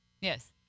Yes